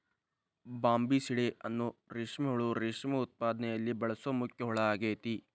Bombycidae ಅನ್ನೋ ರೇಷ್ಮೆ ಹುಳು ರೇಷ್ಮೆ ಉತ್ಪಾದನೆಯಲ್ಲಿ ಬಳಸೋ ಮುಖ್ಯ ಹುಳ ಆಗೇತಿ